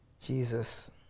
Jesus